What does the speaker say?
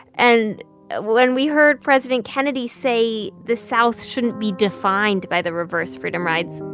and when we heard president kennedy say the south shouldn't be defined by the reverse freedom rides,